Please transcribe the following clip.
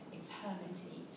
eternity